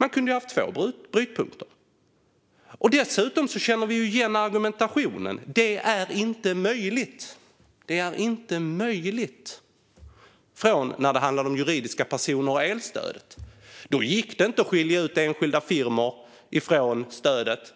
Man hade kunnat ha två brytpunkter. Dessutom känner vi igen argumentationen, att det inte är möjligt, från när det handlade om juridiska personer och elstöd. Då gick det inte att skilja ut enskilda firmor från stödet.